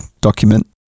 document